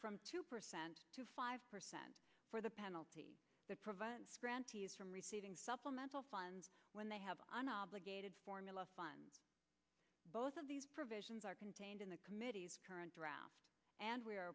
from two percent to five percent for the penalty that prevents grantees from receiving supplemental funds when they have an obligated formula fund both of these provisions are contained in the committee's current draft and we are